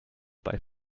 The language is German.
bei